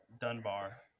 Dunbar